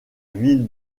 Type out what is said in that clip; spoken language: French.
ville